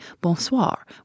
bonsoir